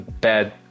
bad